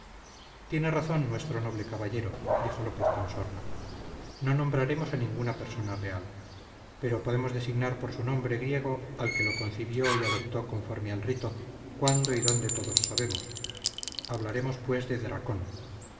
tiene razón nuestro noble castellano dijo lópez con sorna no nombraremos a ninguna persona real pero podemos designar por su nombre griego al que lo recibió y adoptó conforme a rito cuando y donde todos sabemos hablaremos pues de dracón